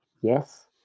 yes